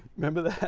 remember that?